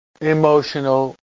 emotional